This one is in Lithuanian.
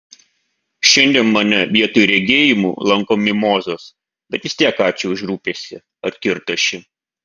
šiandien mane vietoj regėjimų lanko mimozos bet vis tiek ačiū už rūpestį atkirto ši